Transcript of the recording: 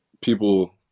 people